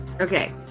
Okay